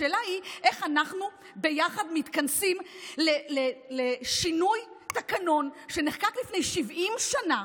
השאלה היא איך אנחנו ביחד מתכנסים לשינוי תקנון שנחקק לפני 70 שנה,